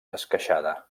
esqueixada